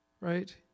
Right